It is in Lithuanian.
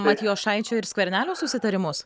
matijošaičio ir skvernelio susitarimus